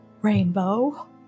Rainbow